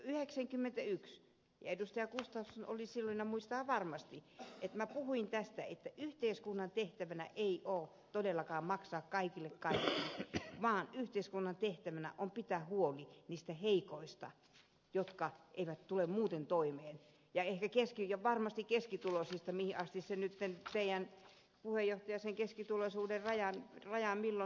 gustafsson oli silloin paikalla ja muistaa varmasti että minä puhuin tästä että yhteiskunnan tehtävänä ei todellakaan ole maksaa kaikille kaikkea vaan yhteiskunnan tehtävänä on pitää huoli niistä heikoista jotka eivät tule muuten toimeen ja varmasti keskituloisista mihin asti se teidän puheenjohtajanne sen keskituloisuuden rajan nyt vetääkään